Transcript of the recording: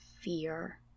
fear